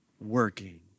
working